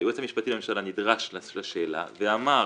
והיועץ המשפטי לממשלה נדרש לשאלה ואמר